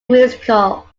musical